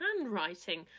handwriting